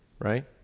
Right